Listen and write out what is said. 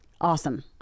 Awesome